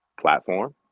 platform